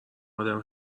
آدم